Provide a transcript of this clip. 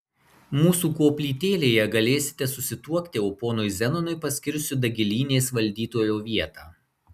mūsų koplytėlėje galėsite susituokti o ponui zenonui paskirsiu dagilynės valdytojo vietą